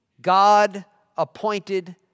God-appointed